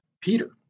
Peter